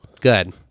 Good